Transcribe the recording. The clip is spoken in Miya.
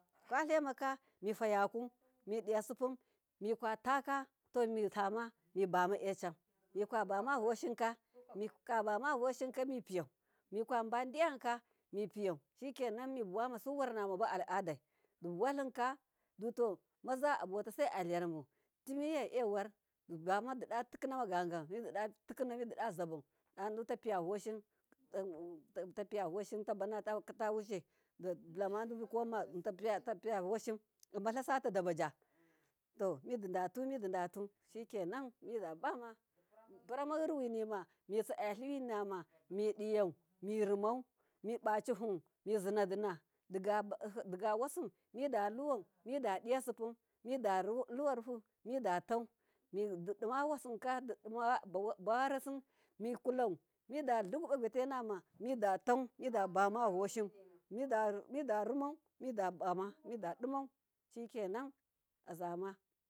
Kwalaimaka mifayaku midiya sipun mikwa taka to mikama, mibama echan mikabama voshika mikabama voshika mipiyau, mikabadiyanka mi piyau shikenan suwarna ba al adai duto maza abotasa alarabu timiyai mibama didatikinama gagan midida zabau didadutafiya voshin tabanatawishe tapiya voshin abalasata dabaja, to midi wumididai nan midabama dipurama yiruwinima mitsaa ya liwinama midiyau mirimau miba cihu mizinadina digawasin midaluwau midadiya sipun midaluwaruhu midatau, didima wasinka dibawan rasi mikulau midaluguma gwatainama midatau midabama voshin mida rimau midabama shikenan azama.